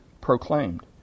proclaimed